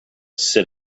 sit